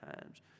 times